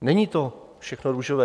Není to všechno růžové.